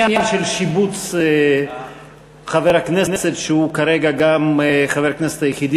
לעניין של שיבוץ חבר הכנסת שהוא כרגע גם חבר הכנסת היחיד,